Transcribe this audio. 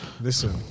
Listen